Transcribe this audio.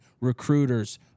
recruiters